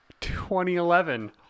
2011